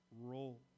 role